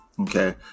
okay